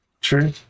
True